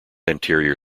anterior